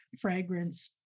fragrance